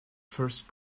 first